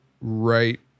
right